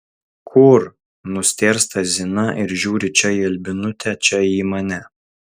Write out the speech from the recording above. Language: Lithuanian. kur nustėrsta zina ir žiūri čia į albinutę čia į mane